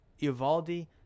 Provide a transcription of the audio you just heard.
Ivaldi